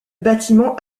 bâtiment